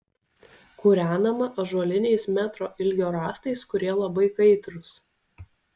kūrenama ąžuoliniais metro ilgio rąstais kurie labai kaitrūs